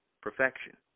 perfection